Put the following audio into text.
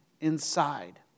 inside